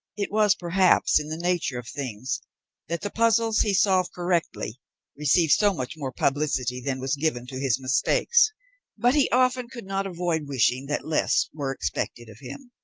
it was, perhaps, in the nature of things that the puzzles he solved correctly received so much more publicity than was given to his mistakes but he often could not avoid wishing that less were expected of him,